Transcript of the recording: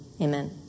amen